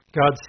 God